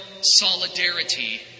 solidarity